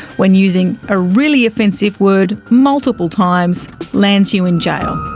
when using a really offensive word multiple times lands you in jail.